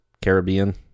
Caribbean